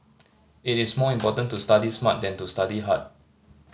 it is more important to study smart than to study hard